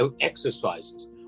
exercises